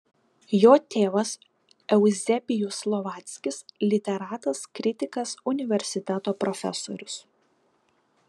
jo tėvas euzebijus slovackis literatas kritikas universiteto profesorius